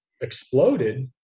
exploded